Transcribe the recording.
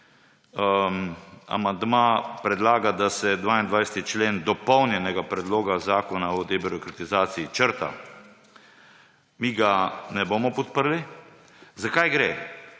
predlaga, da se 22. člen dopolnjenega Predloga zakona o debirokratizaciji črta. Mi ga ne bomo podprli. Za kaj gre?